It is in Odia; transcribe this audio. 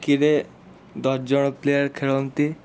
ହକିରେ ଦଶଜଣ ପ୍ଲେୟାର୍ ଖେଳନ୍ତି